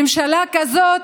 ממשלה כזאת,